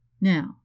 Now